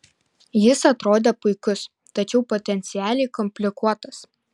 jis atrodė puikus tačiau potencialiai komplikuotas